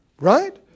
Right